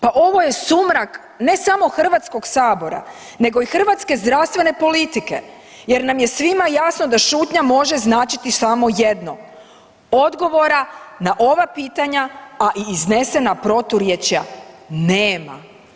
Pa ovo je sumrak, ne samo HS, nego i hrvatske zdravstvene politike jer nam je svima jasno da šutnja može značiti samo jedno, odgovora na ova pitanja, a i iznesena proturječja nema.